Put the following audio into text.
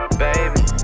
baby